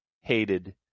hated